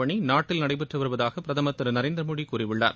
பணி நாட்டில் நடைபெற்று வருவதாக பிரதமர் திரு நரேந்திர மோடி கூறியுள்ளார்